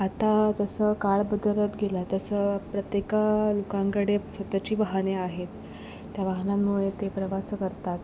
आता तसं काळ बदलत गेला आहे तसं प्रत्येक लोकांकडे स्वत ची वाहने आहेत त्या वाहनांमुळे ते प्रवास करतात